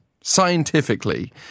scientifically